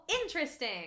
interesting